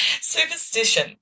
superstition